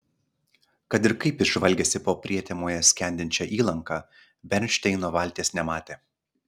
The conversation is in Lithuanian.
kad ir kaip jis žvalgėsi po prietemoje skendinčią įlanką bernšteino valties nematė